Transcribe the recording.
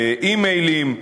באימיילים,